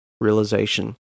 realization